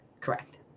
correct